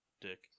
Dick